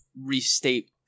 restate